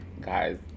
guys